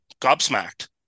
gobsmacked